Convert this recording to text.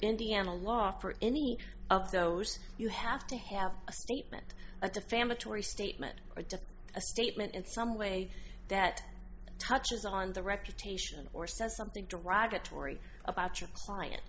indiana law for any of those you have to have a statement of the family tory statement or to a statement in some way that touches on the reputation or says something derogatory about your client